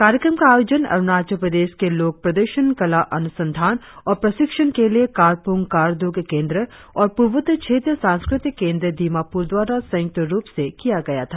कार्यक्रम का आयोजन अरुणाचल प्रदेश के लोक प्रदर्शन कला अनुसंधान और प्रशिक्षण के लिए कारपुंग कारडुक केंद्र और पूर्वोत्तर क्षेत्रीय सांस्कृतिक केंद्र दिमापुर द्वारा संयुक्त रुप से किया गया था